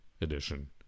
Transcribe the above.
edition